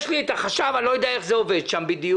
יש לי את החשב אני לא יודע איך זה עובד שם בדיוק,